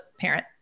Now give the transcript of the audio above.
parent